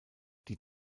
die